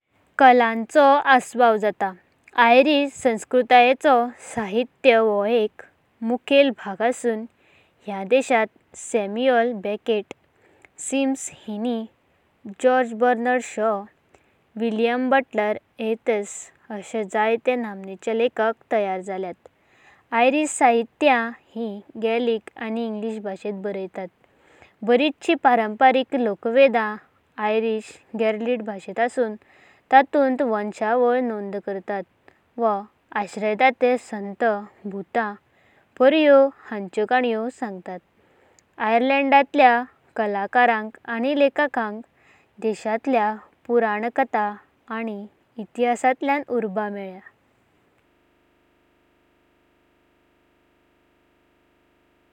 आयरलांड! पच्छव्या पच्छव्या वाटारांन्नी, खतखतिता दर्यादेग आनी जिवंत संस्कृतायें खातीर नमन मिळ्लो देश। आयरिश संस्कृतायेंचिं कन्या मनोरंजक अंगण हांगा दिल्यांत। थयांचि आयरिशा खाणान संस्कृताय पायलें घराणे मेलांवो आयरिशा घराणे मेलांवयांत। आनी सुवाळ्यानी जेवणाचें मुख्यल पातार असता आनी चढ करून पारंपारिक पदार्थ दिसतां। दुसरे पब संकताय पब हो आयरिश समाजिक संस्कृतायचें एक अभिनन भाग असुना समाजिक। मेलांवयांनी जेवण-खाणाचें मुख्यल पातारं असता। तिसरे आनी निमणे खाणण-उत्सव आयरलांडांत वर्साभर जातांत खाणण-जेवणाचें उत्सव जातात। थाळावें पदार्थ, पारंपारिक पदार्थ आनी अर्जोळ्लि आयरिश जेवणाची परब मानायतालो।